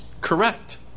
correct